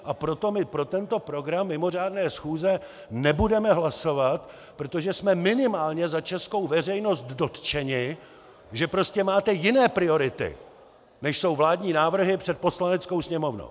A proto my pro tento program mimořádné schůze nebudeme hlasovat, protože jsme minimálně za českou veřejnost dotčeni, že prostě máte jiné priority, než jsou vládní návrhy, před Poslaneckou sněmovnou!